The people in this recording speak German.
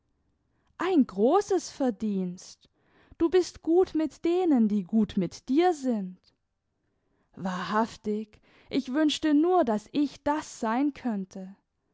ein großes verdienst du bist gut mit denen die gut mit dir sind wahrhaftig ich wünschte nur daß ich das sein könnte